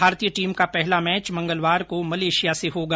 भारतीय टीम का पहला मैच मंगलवार को मलेशिया से होगा